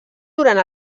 durant